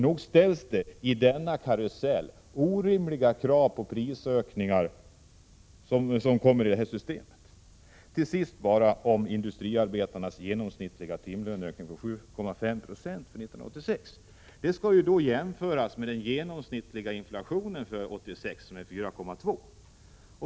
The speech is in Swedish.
Nog ställs det väl i denna karusell orimliga krav när det gäller prisökningar. Till sist bara några ord om industriarbetarnas genomsnittliga timlöneökning på 7,5 20 för 1986. Denna ökning skall jämföras med den genomsnittliga 49 inflationen för 1986 som var 4,2 Zo.